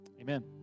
Amen